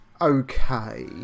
okay